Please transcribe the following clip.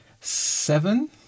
Seven